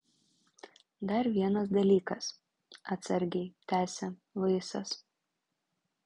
dar vienas dalykas atsargiai tęsia luisas